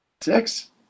Six